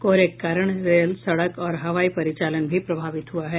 कोहरे के कारण रेल सड़क और हवाई परिचालन भी प्रभावित हुआ है